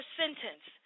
sentence